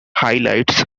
highlights